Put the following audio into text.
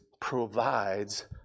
provides